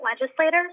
legislators